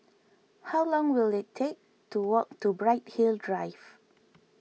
how long will it take to walk to Bright Hill Drive